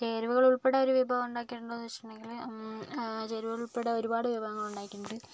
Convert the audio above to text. ചേരുവകളുൾപ്പടെ ഒരു വിഭവം ഉണ്ടാക്കിയിട്ടുണ്ടോ എന്ന് ചോദിച്ചിട്ടുണ്ടെങ്കിൽ ചേരുവകളുൾപ്പടെ ഒരുപാട് വിഭവങ്ങൾ ഉണ്ടാക്കിയിട്ടുണ്ട്